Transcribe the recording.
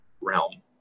realm